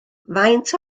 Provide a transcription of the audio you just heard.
faint